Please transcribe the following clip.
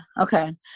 okay